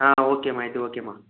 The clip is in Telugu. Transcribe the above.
ఓకే అమ్మ అయితే ఓకే అమ్మ